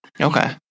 Okay